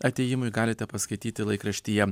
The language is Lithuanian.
atėjimui galite paskaityti laikraštyje